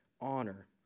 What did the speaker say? honor